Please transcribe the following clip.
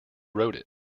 wrote